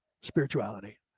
spirituality